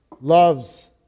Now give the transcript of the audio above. loves